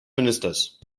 ministers